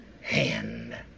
hand